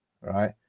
right